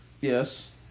yes